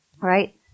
right